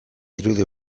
irudi